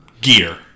gear